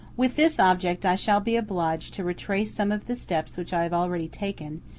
with this object i shall be obliged to retrace some of the steps which i have already taken,